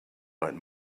but